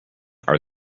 are